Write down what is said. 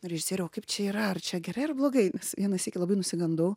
režisieriau o kaip čia yra ar čia gerai ar blogai nes vieną sykį labai nusigandau